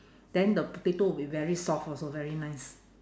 then the potato will be very soft also very nice